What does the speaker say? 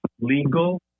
legal